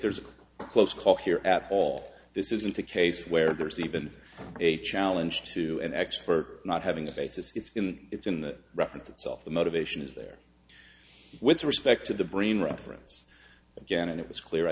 there's a close call here at all this isn't a case where there's even a challenge to an x for not having a basis in it's in the reference itself the motivation is there with respect to the brain reference again and it was clear i